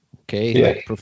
okay